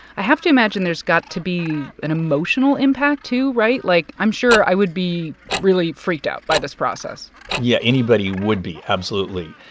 i have to imagine there's got to be an emotional impact, too, right? like, i'm sure i would be really freaked out by this process yeah, anybody would be. absolutely.